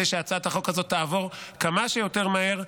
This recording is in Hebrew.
שהצעת החוק הזאת תעבור כמה שיותר מהר,